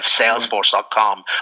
Salesforce.com